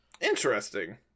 Interesting